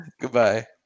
Goodbye